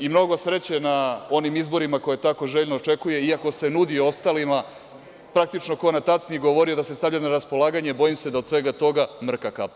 I, mnogo sreće na onim izborima koje tako željno očekuje, iako se nudi ostalima, praktično ko na tacni, govorio je da se stavlja na raspolaganje, bojim se da od svega toga, mrka kapa.